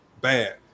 bad